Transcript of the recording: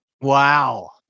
Wow